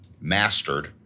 mastered